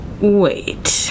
wait